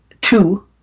Two